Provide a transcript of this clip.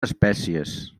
espècies